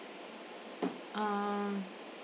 um